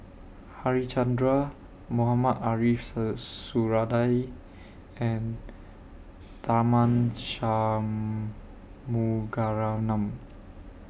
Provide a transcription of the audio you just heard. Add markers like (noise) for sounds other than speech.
Harichandra Mohamed Ariff (unintelligible) Suradi and Tharman Shanmugaratnam